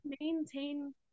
maintain